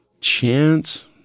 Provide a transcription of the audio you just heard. chance